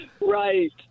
Right